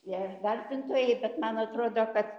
tie vertintojai bet man atrodo kad